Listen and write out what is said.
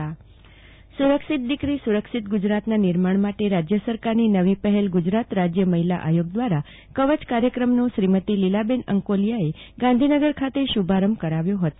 જાગતિ વકીલ સુરક્ષિત દિકરી સુરક્ષિત ગુજરાતનાં નિર્ણય માટે રાજ્ય સરકારની નવી પહેલ ગુજરાત રાજ્ય મહિલા આયોગ દ્વારા કવય કાર્યક્રમનો શ્રીમતી લીલાબહેન અંકોનિયાએ ગાંધીનગર ખાતે શુભારંભ કરાવ્યો હતો